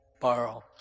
borrow